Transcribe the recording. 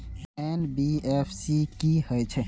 NBFC की हे छे?